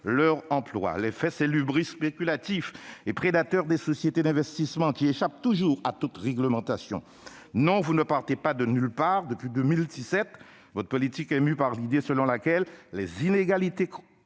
leur emploi ; les faits, c'est l'spéculative et prédatrice des sociétés d'investissement, qui échappent toujours à toute réglementation. Non, vous ne partez pas de nulle part ; depuis 2017, votre politique est mue par l'idée selon laquelle les inégalités